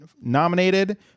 nominated